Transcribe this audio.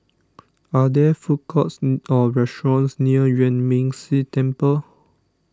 are there food courts or restaurants near Yuan Ming Si Temple